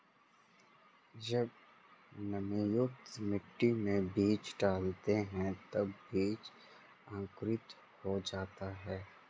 जब नमीयुक्त मिट्टी में बीज डालते हैं तब बीज अंकुरित हो जाता है